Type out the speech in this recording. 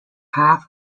half